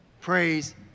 Praise